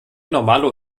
normalo